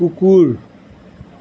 কুকুৰ